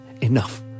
Enough